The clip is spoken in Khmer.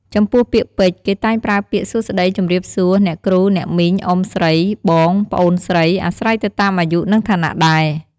ចំពោះពាក្យពេចន៍ គេតែងប្រើពាក្យ សួស្ដី ជម្រាបសួរ អ្នកគ្រូ អ្នកមីង អ៊ុំស្រី បង ប្អូនស្រី អាស្រ័យទៅតាមអាយុ និងឋានៈដែរ។